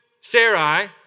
Sarai